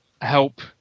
help